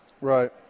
Right